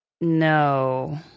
No